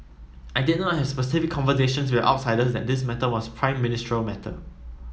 I did not have specific conversations with outsiders that this matter was a Prime Ministerial matter